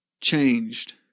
changed